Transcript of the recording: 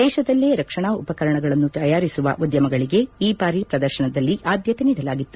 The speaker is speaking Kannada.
ದೇಶದಲ್ಲೇ ರಕ್ಷಣಾ ಉಪಕರಣಗಳನ್ನು ತಯಾರಿಸುವ ಉದ್ಯಮಗಳಿಗೆ ಈ ಬಾರಿ ಪ್ರದರ್ಶನದಲ್ಲಿ ಆದ್ಯತೆ ನೀಡಲಾಗಿತ್ತು